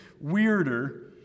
weirder